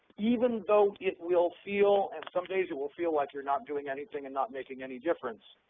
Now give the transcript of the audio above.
even though it will feel and some days it will feel like you're not doing anything and not making any difference,